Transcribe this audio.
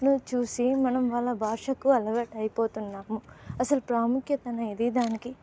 ను చూసి మనం వాళ్ళ భాషకు అలవాటయిపోతున్నాము అసలు ప్రాముఖ్యత అనేది ఇది దానికి